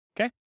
okay